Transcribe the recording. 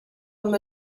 amb